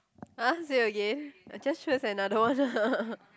!ah! say again I just choose another one